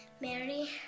Mary